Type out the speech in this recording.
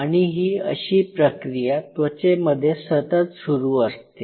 आणि ही अशी प्रक्रिया त्वचेमध्ये सतत सुरू असते